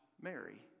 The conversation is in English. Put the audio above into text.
Mary